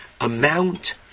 amount